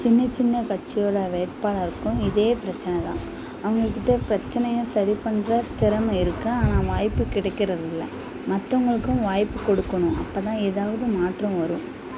சின்ன சின்ன கட்சியோடய வேட்பாளருக்கும் இதே பிரச்சனை தான் அவங்கக்கிட்ட பிரச்சினைய சரி பண்ணுற திறமை இருக்குது ஆனால் வாய்ப்பு கிடைக்கறது இல்லை மற்றவங்களுக்கும் வாய்ப்பு கொடுக்கணும் அப்போதான் ஏதாவது மாற்றம் வரும்